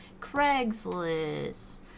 Craigslist